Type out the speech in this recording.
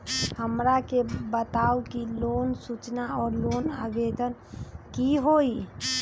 हमरा के बताव कि लोन सूचना और लोन आवेदन की होई?